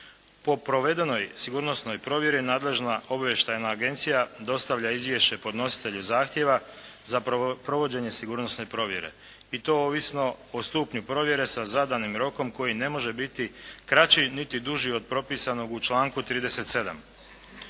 Po provedenoj sigurnosnoj provjeri nadležna obavještajna agencija dostavlja izvješće podnositelju zahtjeva za provođenje sigurnosne provjere i to ovisno o stupnju provjere sa zadanim rokom koji ne može biti kraći niti dužni od propisanog u članku 37.